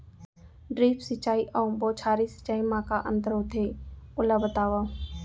Drip सिंचाई अऊ बौछारी सिंचाई मा का अंतर होथे, ओला बतावव?